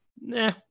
nah